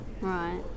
Right